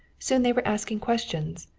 soon they were asking questions.